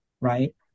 right